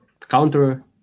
counter